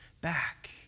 back